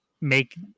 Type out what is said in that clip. make